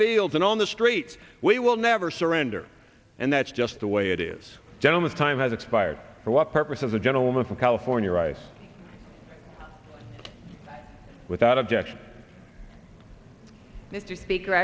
fields and on the streets we will never surrender and that's just the way it is gentleman's time has expired for what purpose of the gentleman from california rice without objection